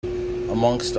amongst